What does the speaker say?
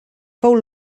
fou